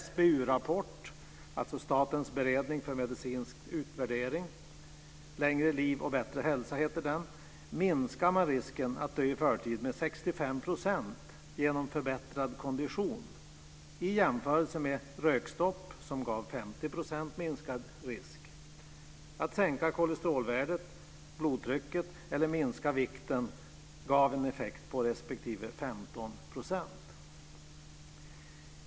SBU, Statens beredning för medicinsk utvärdering, minskar man risken att dö i förtid med 65 % genom förbättrad kondition i jämförelse med rökstopp som ger 50 % minskad risk. Att sänka kolesterolvärdet, blodtrycket eller att minska vikten ger en effekt på respektive 15 %.